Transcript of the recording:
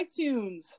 itunes